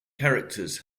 characters